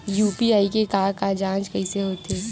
UPI के के जांच कइसे होथे?